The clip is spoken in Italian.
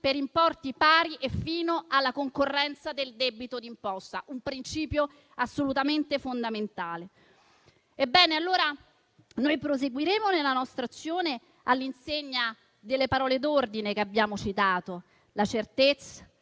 per importi pari e fino alla concorrenza del debito d'imposta: è un principio assolutamente fondamentale. Ebbene, noi proseguiremo nella nostra azione all'insegna delle parole d'ordine che abbiamo citato - la certezza,